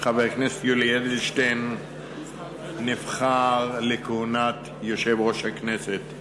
חבר הכנסת יולי אדלשטיין נבחר לכהונת יושב-ראש הכנסת.